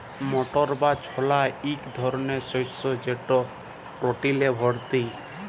মটর বা ছলা ইক ধরলের শস্য যেট প্রটিলে ভত্তি